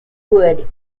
wood